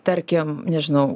tarkim nežinau